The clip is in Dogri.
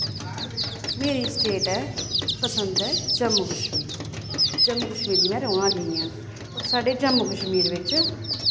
मेरी स्टेट ऐ पसंद ऐ जम्मू कश्मीर जम्मू कश्मीर दी में रौह्ने आह्ली आं होर साढ़े जम्मू कश्मीर बिच्च